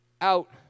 out